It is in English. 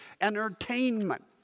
entertainment